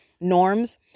norms